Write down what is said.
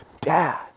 dad